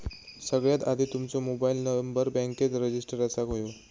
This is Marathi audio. सगळ्यात आधी तुमचो मोबाईल नंबर बॅन्केत रजिस्टर असाक व्हयो